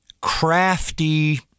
crafty